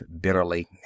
bitterly